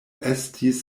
estis